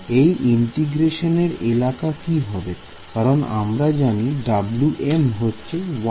এই ইন্টিগ্রেশনের এলাকা কি হবে কারণ আমরা জানি Wm হচ্ছে 1D